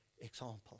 example